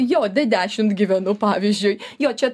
jo d dešimt gyvenu pavyzdžiui jo čia